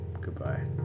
Goodbye